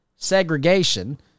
Segregation